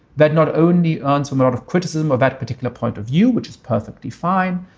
that not only earns a lot of criticism of that particular point of view, which is perfectly fine,